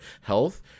health